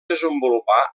desenvolupar